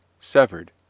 severed